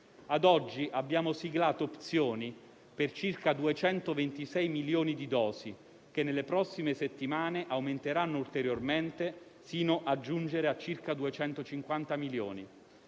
A oggi abbiamo siglato opzioni per circa 226 milioni di dosi, che nelle prossime settimane aumenteranno ulteriormente fino a giungere circa 250 milioni,